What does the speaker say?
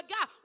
God